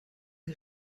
wir